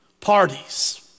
Parties